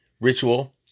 ritual